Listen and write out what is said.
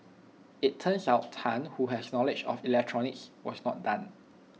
IT turns out Tan who has knowledge of electronics was not done